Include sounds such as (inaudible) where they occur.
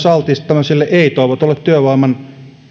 (unintelligible) altis myös tämmöiselle ei toivotulle työvoiman